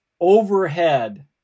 overhead